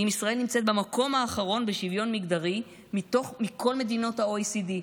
ישראל נמצאת במקום האחרון בשוויון מגדרי מכל מדינות ה-OECD.